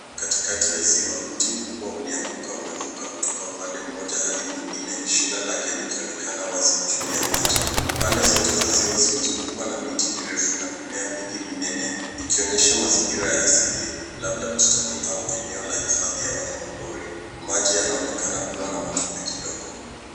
Katikati ya ziwa, mti mkubwa ulianguka umevuka kutoka upande mmoja hadi mwingine, shina lake likionekana wazi juu ya maji, pade zote za ziwa zimezungukwa na miti mirefu na mimea mingi minene vikionyesha mazingira ya asili labda bustani au eneo la hifadha la wanyama pori, maji yanaonekana kuwa na matope kidogo.